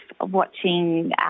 watching